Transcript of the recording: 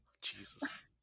Jesus